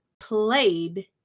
Played